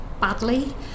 badly